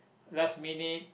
last minute